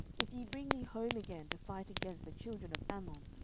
if ye bring me home again to fight against the children of ammon,